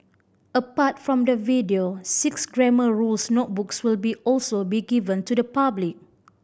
apart from the video six Grammar Rules notebooks will be also be given to the public